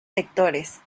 sectores